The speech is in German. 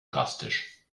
drastisch